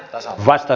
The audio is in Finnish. osa turvattu